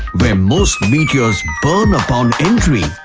where most meteors burn upon entry.